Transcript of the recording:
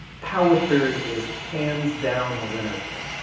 power query is hands down the winner here.